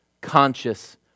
conscious